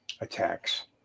attacks